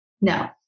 No